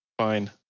fine